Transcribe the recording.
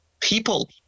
people